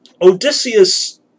Odysseus